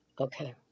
Okay